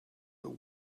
but